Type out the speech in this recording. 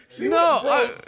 No